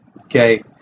okay